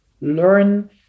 learn